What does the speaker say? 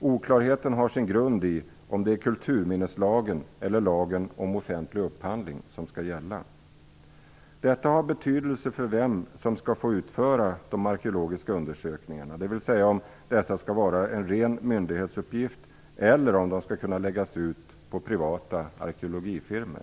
Oklarheten har sin grund i om det är kulturminneslagen eller lagen om offentlig upphandling som skall gälla. Detta har betydelse för vem som skall får utföra de arkeologiska undersökningarna, dvs. om dessa skall vara en ren myndighetsuppgift eller om de skall kunna läggas ut på privata arkeologifirmor.